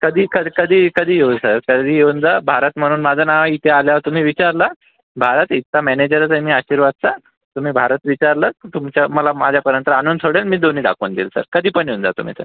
कधी कधी कधी येऊ सर कधीही येऊन जा भारत म्हणून माझं नाव इथे आल्यावर तुम्ही विचारलं भारत इथला मॅनेजरच आहे मी आशीर्वादचा तुम्ही भारत विचारलंत तुमच्या मला माझ्यापर्यंत आणून सोडेल मी दोन्ही दाखवून देईल सर कधीपण येऊन जा तुम्ही सर